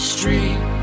Street